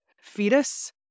fetus